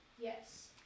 Yes